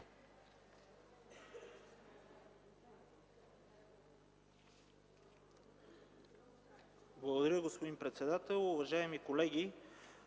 Благодаря, господин председател. Уважаеми колеги,